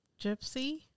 gypsy